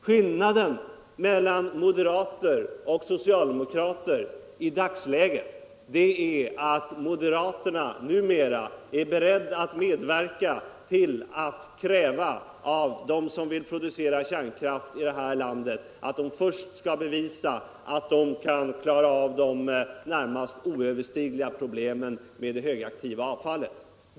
Skillnaden mellan moderater och socialdemokrater i dagsläget är alt moderaterna numera är beredda att medverka till att kräva av dem som vill producera kärnkraft i det här landet att de först skall kunna bevisa att de kan klara av de närmast olösliga problemen med det högradioaktiva avfallet.